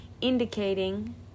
indicating